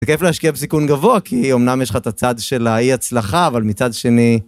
זה כיף להשקיע בסיכון גבוה, כי אמנם יש לך את הצד של האי הצלחה, אבל מצד שני...